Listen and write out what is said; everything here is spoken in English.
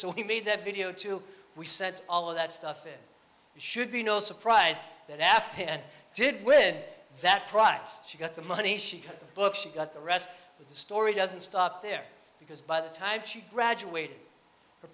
so he made that video too we said all of that stuff it should be no surprise that after him and did win that prize she got the money she booked she got the rest of the story doesn't stop there because by the time she graduated f